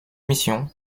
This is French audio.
mission